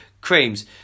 creams